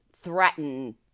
threaten